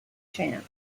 chant